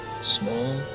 Small